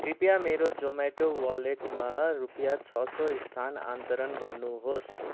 कृपया मेरो जोम्याटो वलेटमा रु छ सय स्थानान्तरण गर्नुहोस्